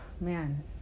man